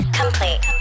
complete